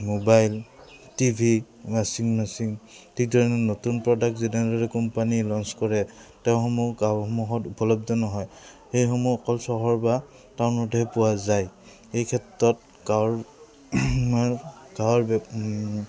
mobile TV ৱাশ্বিং machine নতুন product তেনেদৰে কোম্পানী লঞ্চ কৰে তেওঁসমূহ গাঁওসমূহত উপলব্ধ নহয় সেইসমূহ অকল চহৰ বা টাউনতহে পোৱা যায় এই ক্ষেত্ৰত গাঁৱৰ আৰু গাঁৱৰ